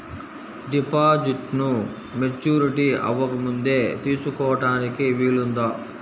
డిపాజిట్ను మెచ్యూరిటీ అవ్వకముందే తీసుకోటానికి వీలుందా?